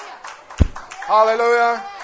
Hallelujah